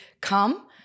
come